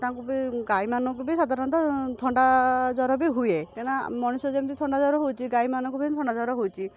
ତାଙ୍କୁ ବି ଗାଈମାନଙ୍କୁ ବି ସାଧାରଣତଃ ଥଣ୍ଡା ଜ୍ୱର ବି ହୁଏ କାହିଁନା ମଣିଷ ଯେମିତି ଥଣ୍ଡା ଜ୍ୱର ହେଉଛି ଗାଈମାନଙ୍କୁ ବି ଥଣ୍ଡା ଜ୍ୱର ହେଉଛି